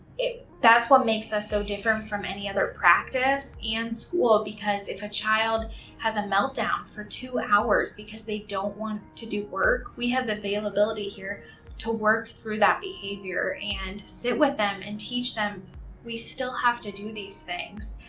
that's what makes us so different from any other practice in and school, because if a child has a meltdown for two hours because they don't want to do work, we have the availability here to work through that behavior and sit with them and teach them we still have to do these things,